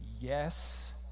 yes